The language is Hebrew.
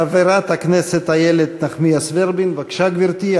חברת הכנסת איילת נחמיאס ורבין, בבקשה, גברתי.